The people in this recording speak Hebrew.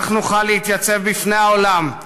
כך נוכל להתייצב בפני העולם,